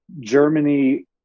Germany